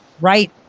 right